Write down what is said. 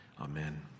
Amen